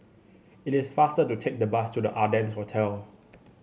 it is faster to take the bus to The Ardennes Hotel